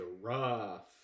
rough